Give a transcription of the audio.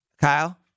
Kyle